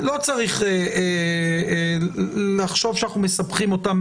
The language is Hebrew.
לא צריך לחשוב שאנחנו מסבכים אותם